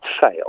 fail